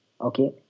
okay